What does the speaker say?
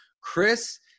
chris